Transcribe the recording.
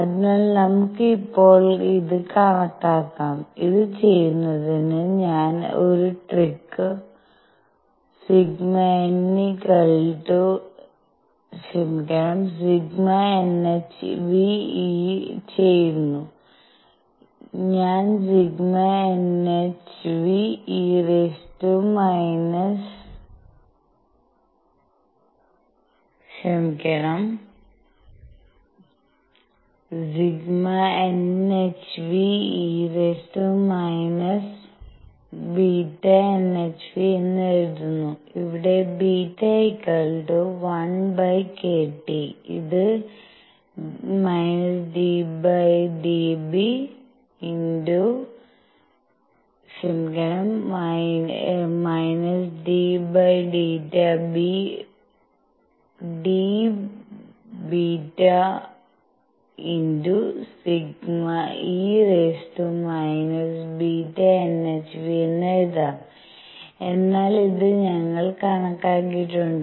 അതിനാൽ നമുക്ക് ഇപ്പോൾ ഇത് കണക്കാക്കാം ഇത് ചെയ്യുന്നതിന് ഞാൻ ഒരു ട്രിക്ക് ∑ nhν e ചെയ്യുന്നു ഞാൻ ∑ nhνe⁻ᵝⁿʰᵛ എന്ന് എഴുതുന്നു അവിടെ β1kT ഇത് ddβ∑e⁻ᵝⁿʰᵛ എന്ന് എഴുതാം എന്നാൽ ഇത് ഞങ്ങൾ കണക്കാക്കിയിട്ടുണ്ട്